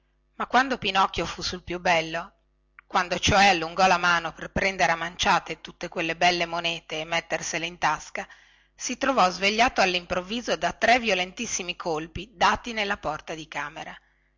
ma quando pinocchio fu sul più bello quando cioè allungò la mano per prendere a manciate tutte quelle belle monete e mettersele in tasca si trovò svegliato allimprovviso da tre violentissimi colpi dati nella porta di camera